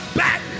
back